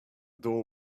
door